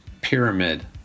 pyramid